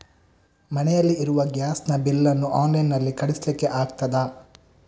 ಮನೆಯಲ್ಲಿ ಇರುವ ಗ್ಯಾಸ್ ನ ಬಿಲ್ ನ್ನು ಆನ್ಲೈನ್ ನಲ್ಲಿ ಕಳಿಸ್ಲಿಕ್ಕೆ ಆಗ್ತದಾ?